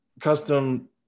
custom